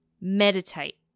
meditate